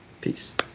Peace